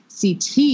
CT